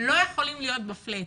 לא יכולים להיות ב-flat,